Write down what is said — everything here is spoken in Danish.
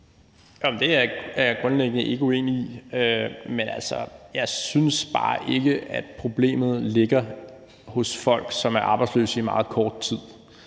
Det er jeg grundlæggende ikke uenig i. Men jeg synes bare ikke, at problemet ligger hos folk, der er arbejdsløse i meget kort tid.